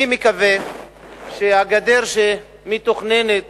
אני מקווה שהגדר שמתוכננת